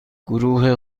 گروه